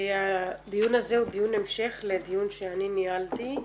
הדיון הזה הוא דיון המשך לדיון שאני ניהלתי.